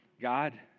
God